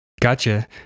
Gotcha